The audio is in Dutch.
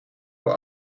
door